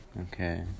Okay